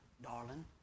Darling